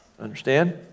Understand